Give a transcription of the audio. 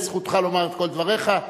וזכותך לומר את כל דבריך,